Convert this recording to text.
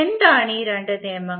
എന്താണ് ഈ രണ്ട് നിയമങ്ങൾ